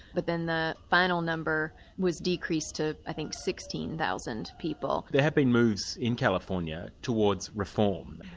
but then the final number was decreased to i think sixteen thousand people. there have been moves in california towards reform.